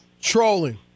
Trolling